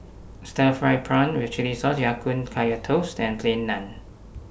Stir Fried Prawn with Chili Sauce Ya Kun Kaya Toast and Plain Naan